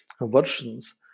versions